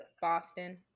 Boston